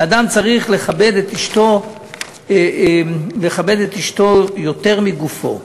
אדם צריך לכבד את אשתו יותר מגופו.